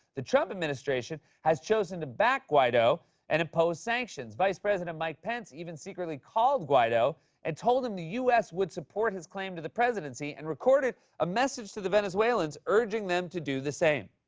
the trump administration has chosen to back guaido and impose sanctions. vice president mike pence even secretly called guaido and told him the u s. would support his claim to the presidency and recorded a message to the venezuelans urging them to do the same.